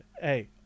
Hey